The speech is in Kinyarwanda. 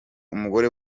umugore